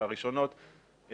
הראשונות,